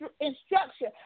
instruction